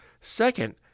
second